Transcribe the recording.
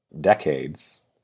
decades